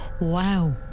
Wow